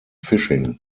fishing